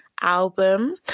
album